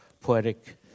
poetic